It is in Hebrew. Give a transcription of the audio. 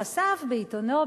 חשף בעיתונו,